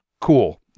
cool